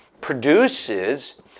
produces